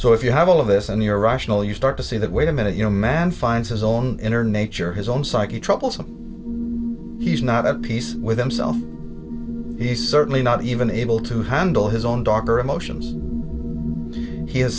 so if you have all of this and irrational you start to see that wait a minute you know man finds his own inner nature his own psyche troublesome he's not at peace with himself he's certainly not even able to handle his own dog or emotions he has